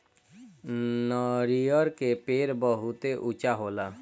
नरियर के पेड़ बहुते ऊँचा होला